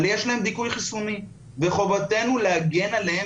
אבל יש להם דיכוי חיסוני וחובתנו להגן עליהם